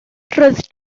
roedd